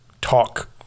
talk